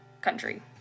country